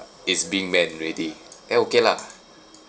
is being manned already then okay lah